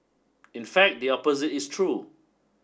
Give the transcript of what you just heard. in fact the opposite is true